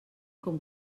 com